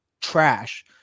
trash